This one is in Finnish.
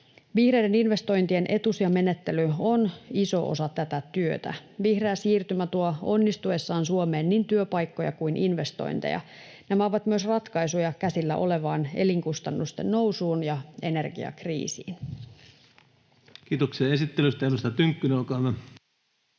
Vihreiden investointien etusijamenettely on iso osa tätä työtä. Vihreä siirtymä tuo onnistuessaan Suomeen niin työpaikkoja kuin investointeja. Nämä ovat myös ratkaisuja käsillä olevaan elinkustannusten nousuun ja energiakriisiin. Kiitoksia esittelystä. — Edustaja Tynkkynen, olkaa hyvä.